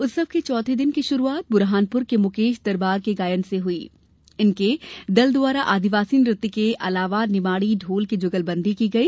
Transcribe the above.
उत्सव के चौथे दिन की शुरूआत बुरहानपुर के मुकेश दरबार के गायन से हुई इनके दल द्वारा आदिवासी नृत्य के अलावा निमाड़ी ढोल की जुगलबंदी की गई